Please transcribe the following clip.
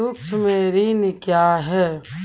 सुक्ष्म ऋण क्या हैं?